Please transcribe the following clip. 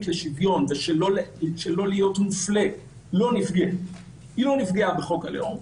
לשוויון ושהזכות לא להיות מופלה לא נפגעה בחוק הלאום,